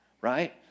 right